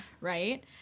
right